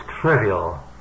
trivial